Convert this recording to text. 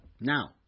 Now